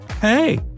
Hey